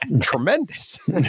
tremendous